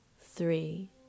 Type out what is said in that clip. three